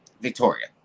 Victoria